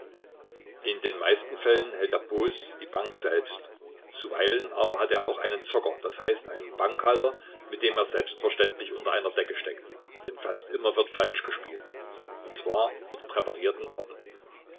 in den meisten fällen hält der booß die bank selbst zuweilen aber hat er auch einen zocker d h einen bankhalter mit dem er selbstverständlich unter einer decke steckt denn fast immer wird falsch gespielt und zwar mit präparierten karten